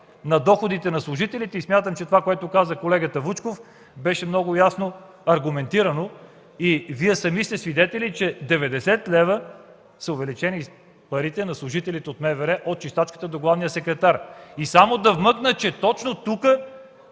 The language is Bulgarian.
на доходите на служителите и смятам, че това, което каза колегата Вучков, беше много ясно аргументирано и Вие сами сте свидетели, че парите на служителите са увеличени с 90 лв. – от чистачката до главния секретар. Само да вмъкна, че точно тук